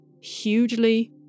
hugely